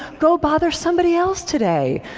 go bother somebody else today.